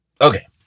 Okay